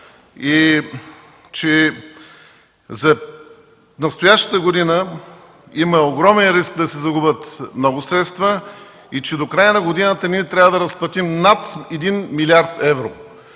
че за настоящата година има огромен риск да се загубят много средства и че до края на годината трябва да разплатим над 1 млрд. евро!